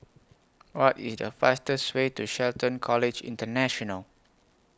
What IS The fastest Way to Shelton College International